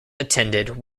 attended